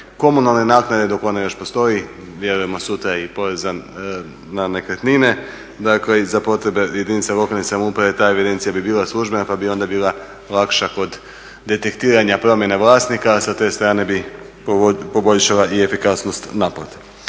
komunalne naknade dok ona još postoji, vjerujemo sutra i poreza na nekretnine, dakle i za potrebe jedinice lokalne samouprave ta evidencija bi bila službena pa bi onda bila lakša kod detektiranja promjena vlasnika. Sa te strane bi poboljšala i efikasnost naplate.